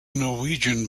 norwegian